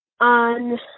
on